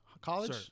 College